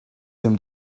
seem